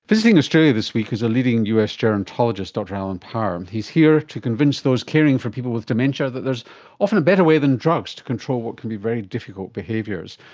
visiting australia this week is a leading us gerontologist dr allen power. he's here to convince those caring for people with dementia that is often a better way than drugs to control what can be very difficult behaviours.